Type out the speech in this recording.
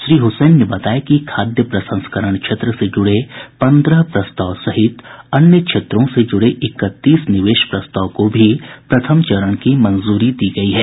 श्री हुसैन ने बताया कि खाद्य प्रसंस्करण क्षेत्र से जुड़े पन्द्रह प्रस्ताव सहित अन्य क्षेत्रों से जुड़े इकतीस निवेश प्रस्ताव को भी प्रथम चरण की मंजूरी दी गयी है